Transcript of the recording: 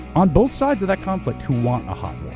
on both sides of that conflict who want a hot yeah